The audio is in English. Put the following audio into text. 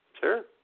Sure